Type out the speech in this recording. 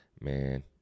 man